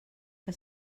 que